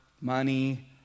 money